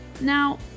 Now